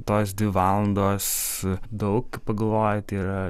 tos dvi valandos daug pagalvojate yra